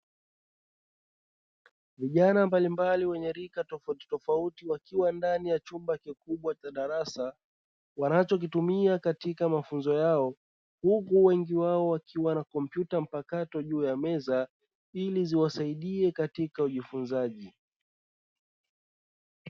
Vijana mbalimbali wenye rika tofautitofauti wakiwa ndani ya chumba kikubwa cha darasa wanachokitumia katika mafunzo yao, huku wengi wao wakiwa na kompyuta mpakato juu ya meza ili ziwasaidie katika ujifunzaji.